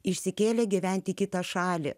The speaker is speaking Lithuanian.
išsikėlė gyventi į kitą šalį